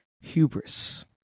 hubris